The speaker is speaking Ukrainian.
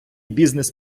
бізнес